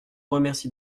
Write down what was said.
remercie